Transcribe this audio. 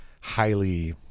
highly